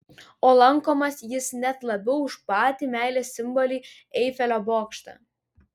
o lankomas jis net labiau už patį meilės simbolį eifelio bokštą